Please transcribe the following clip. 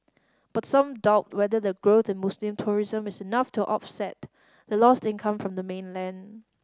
but some doubt whether the growth in Muslim tourism is enough to offset the lost income from the mainland